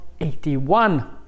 81